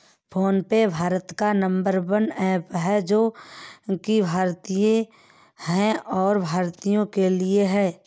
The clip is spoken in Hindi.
फोन पे भारत का नंबर वन ऐप है जो की भारतीय है और भारतीयों के लिए है